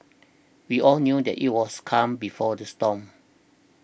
we all knew that it was calm before the storm